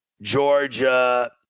Georgia